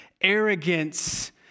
arrogance